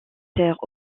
terres